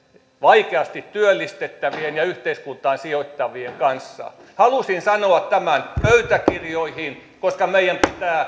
vaikeasti työllistettävien ja yhteiskuntaan sijoitettavien kanssa halusin sanoa tämän pöytäkirjoihin koska meidän